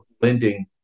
blending